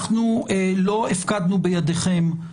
אנחנו לא הפקדנו בידיכם,